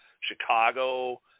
Chicago